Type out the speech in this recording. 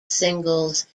singles